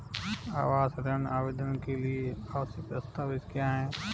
आवास ऋण आवेदन के लिए आवश्यक दस्तावेज़ क्या हैं?